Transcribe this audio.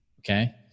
Okay